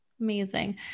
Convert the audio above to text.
Amazing